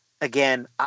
again